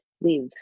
live